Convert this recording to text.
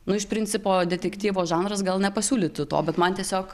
nu iš principo detektyvo žanras gal nepasiūlytų to bet man tiesiog